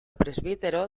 presbítero